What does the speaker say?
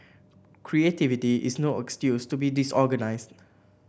creativity is no excuse to be disorganised